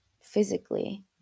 physically